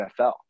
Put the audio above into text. NFL